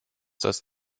das